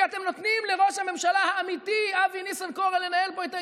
כי אתם נותנים לראש הממשלה האמיתי אבי ניסנקורן לנהל פה את העניינים.